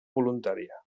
voluntària